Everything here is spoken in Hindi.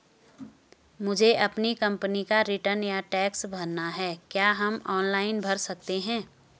मुझे अपनी कंपनी का रिटर्न या टैक्स भरना है क्या हम ऑनलाइन भर सकते हैं?